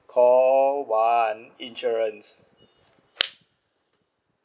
call one insurance